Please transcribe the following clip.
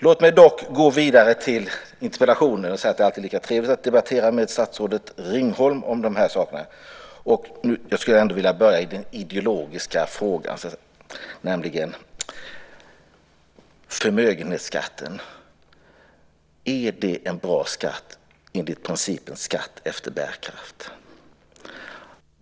Låt mig dock gå vidare till interpellationerna och säga att det alltid är lika trevligt att debattera med statsrådet Ringholm om de här sakerna. Jag skulle vilja börja med det ideologiska och fråga: Är förmögenhetsskatten en bra skatt enligt principen skatt efter bärkraft?